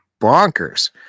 bonkers